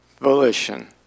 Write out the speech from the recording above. volition